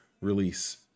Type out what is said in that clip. release